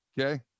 okay